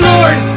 Lord